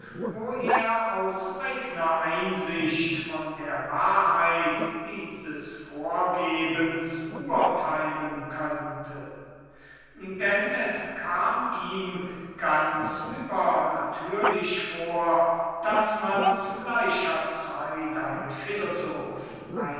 wo er aus eigner einsicht von der wahrheit dieses vorgebens urteilen könnte denn es kam ihm ganz übernatürlich vor daß man zu gleicher zeit ein